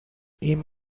این